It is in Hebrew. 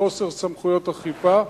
מחוסר סמכויות אכיפה.